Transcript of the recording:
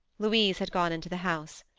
louise had gone into the house.